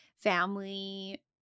Family